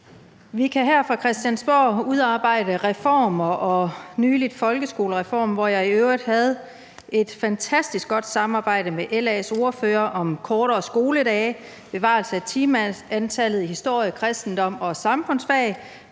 Vi kan her fra Christiansborg udarbejde reformer – og for nylig havde vi folkeskolereformen, hvor jeg i øvrigt havde et fantastisk godt samarbejde med LA's ordfører om kortere skoledage, bevarelse af timeantallet i historie, kristendom og samfundsfag,